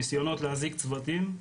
ניסיונות להזעיק צוותים,